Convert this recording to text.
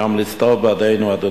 ימליץ טוב בעדנו,